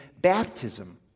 Baptism